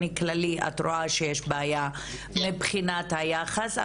כללי את רואה שיש בעיה מבחינת היחס,